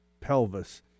pelvis